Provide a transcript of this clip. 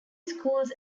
schools